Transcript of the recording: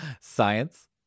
Science